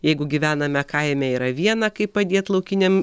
jeigu gyvename kaime yra viena kaip padėt laukiniam